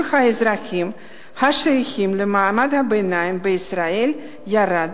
האזרחים השייכים למעמד הביניים בישראל ירד